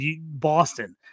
Boston